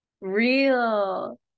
real